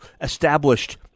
established